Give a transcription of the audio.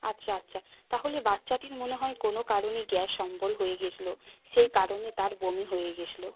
আচ্ছা আচ্ছা তাহলে বাচ্চাটির মনে হয় কোনো কারণে গ্যাস অম্বল হয়ে গিয়েছিল সেই কারণে তার বমি হয়ে গিয়েছিল